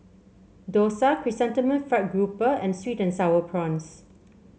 dosa Chrysanthemum Fried Grouper and sweet and sour prawns